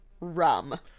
rum